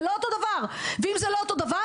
זה לא אותו הדבר ואם זה לא אותו הדבר,